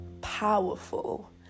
powerful